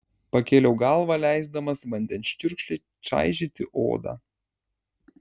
pakėliau galvą leisdamas vandens čiurkšlei čaižyti odą